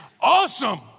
awesome